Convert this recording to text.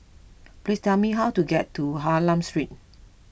please tell me how to get to Hylam Street